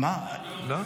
קודם כול,